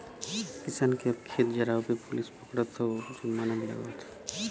किसान के अब खेत जरावे पे पुलिस पकड़त हौ आउर जुर्माना भी लागवत हौ